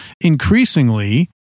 Increasingly